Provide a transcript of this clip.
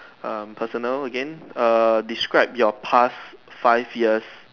um personal again err describe your past five years